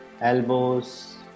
Elbows